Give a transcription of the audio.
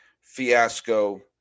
fiasco